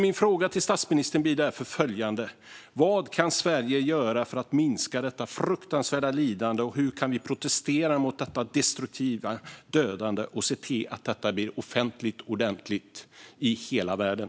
Min fråga till statsministern blir därför följande: Vad kan Sverige göra för att minska detta fruktansvärda lidande, och hur kan vi protestera mot det destruktiva dödandet och se till att detta blir offentligt i hela världen?